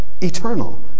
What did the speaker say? eternal